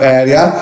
area